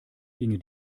ginge